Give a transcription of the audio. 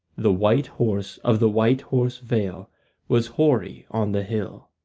the white horse of the white horse vale was hoary on the hill.